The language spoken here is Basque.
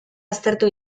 aztertu